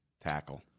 Tackle